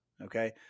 Okay